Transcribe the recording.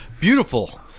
Beautiful